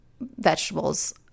vegetables